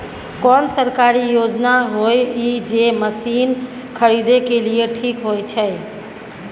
कोन सरकारी योजना होय इ जे मसीन खरीदे के लिए ठीक होय छै?